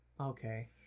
okay